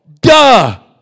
Duh